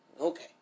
Okay